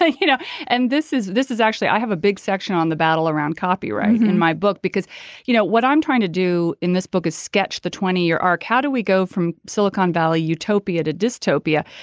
ah you know and this is this is actually i have a big section on the battle around copyright and in my book because you know what i'm trying to do in this book is sketch the twenty year arc how do we go from silicon valley utopia to a dystopia.